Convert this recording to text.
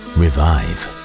revive